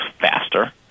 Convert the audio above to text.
faster